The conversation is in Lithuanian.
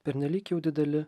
pernelyg jau dideli